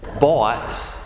bought